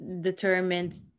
determined